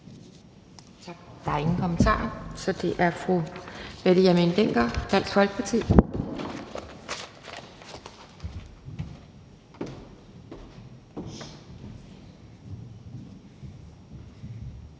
Tak. Der er ingen kommentarer. Så er det fru Mette Hjermind Dencker, Dansk Folkeparti.